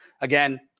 Again